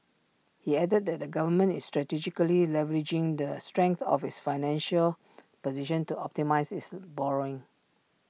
he added that the government is strategically leveraging the strength of its financial position to optimise its borrowing